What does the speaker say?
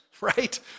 right